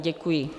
Děkuji.